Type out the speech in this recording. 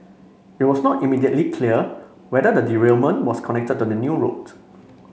it was not immediately clear whether the derailment was connected to the new route